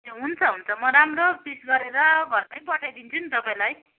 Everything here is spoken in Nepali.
हुन्छ हुन्छ म राम्रो पिस गरेर घरमै पठाइदिन्छु नि तपाईँलाई